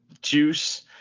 Juice